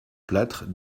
plâtre